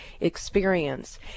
experience